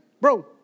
bro